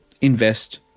invest